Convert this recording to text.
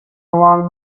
along